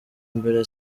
mbere